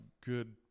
good